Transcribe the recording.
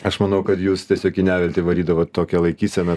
aš manau kad jūs tiesiog į neviltį varydavot tokia laikysena